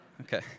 Okay